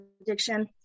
addiction